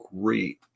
great